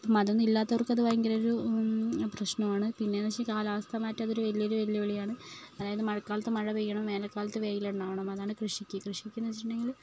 അതൊന്നും ഇല്ലാത്തവർക്ക് അത് ഭയങ്കര ഒരു പ്രശ്നമാണ് പിന്നെ എന്ന് വെച്ച് കാലാവസ്ഥ മാറ്റം അതൊരു വലിയ വെല്ലുവിളി ആണ് അതായത് മഴ കാലത്തു മഴ പെയ്യണം വേനൽ കാലത്ത് വെയില് ഉണ്ടാവണം അതാണ് കൃഷിക്ക് കൃഷിക്ക് എന്ന് വെച്ചിട്ടുണ്ടെങ്കില്